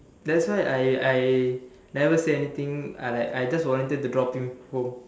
that's why I I never say anything I like I just volunteered to drop him home